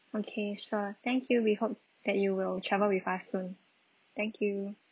okay sure thank you we hope that you will travel with us soon thank you